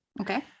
Okay